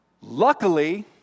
Luckily